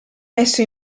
messo